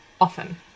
often